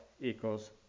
equals